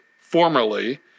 formerly